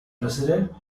president